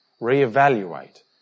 reevaluate